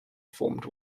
formed